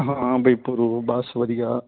ਹਾਂ ਬਈ ਭੁਰੂ ਬਸ ਵਧੀਆ